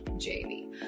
Jamie